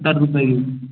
सत्तर रुपये की